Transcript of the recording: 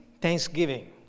thanksgiving